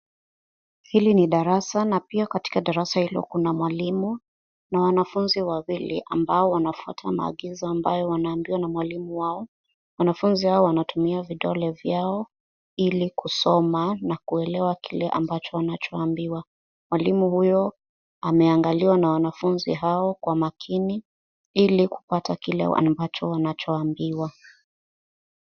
Hili ni darasa, na pia katika darasa hilo kuna mwalimu, na wanafunzi wawili ambao wanafuata maagizo ambayo wanaambiwa na mwalimu wao. Wanafunzi hawa wanatumia vidole vyao, ili kusoma, na kuelewa kile ambacho wanachoambiwa. Mwalimu huyo ameangaliwa na wanafunzi hao kwa makini Ili kupata kile wa ambacho wanachoambiwa.